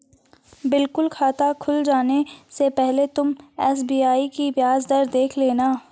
बिल्कुल खाता खुल जाने से पहले तुम एस.बी.आई की ब्याज दर देख लेना